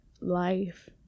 life